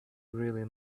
really